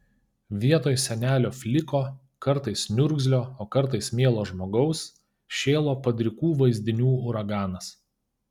vietoj senelio fliko kartais niurgzlio o kartais mielo žmogaus šėlo padrikų vaizdinių uraganas